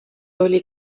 oli